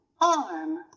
arm